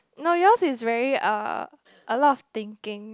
no yours is very uh a lot of thinking